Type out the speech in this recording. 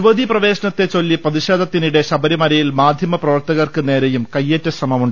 യുവതി പ്രവേശനത്തെ ചൊല്ലി പ്രതിഷേധത്തിനിടെ ശബരിമലയിൽ മാധ്യമപ്രവർത്തകർക്ക് നേരെ കൈയേറ്റശ്രമം നടന്നു